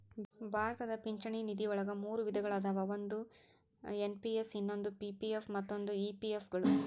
ಭಾರತದ ಪಿಂಚಣಿ ನಿಧಿವಳಗ ಮೂರು ವಿಧಗಳ ಅದಾವ ಒಂದು ಎನ್.ಪಿ.ಎಸ್ ಇನ್ನೊಂದು ಪಿ.ಪಿ.ಎಫ್ ಮತ್ತ ಇ.ಪಿ.ಎಫ್ ಗಳು